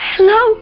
Hello